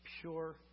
pure